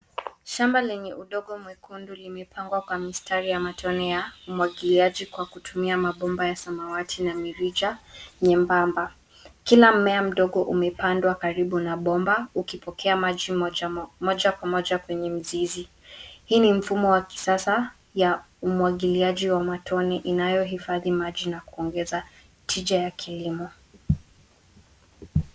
Shamba lenye udongo mwekundu limepangwa kwa mistari ya matone ya umwagiliaji kwa kutumia mabomba ya samawati na mirija nyembamba. Kila mmea mdogo umepandwa karibu na bomba ukipokea maji moja kwa moja kwenye mzizi. Hii ni mfumo wa kisasa ya umwagiliaji wa matone inayohifadhi maji na kuongeza tija ya kilimo.